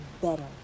better